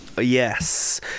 yes